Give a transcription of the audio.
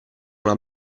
una